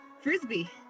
frisbee